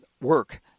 work